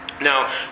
Now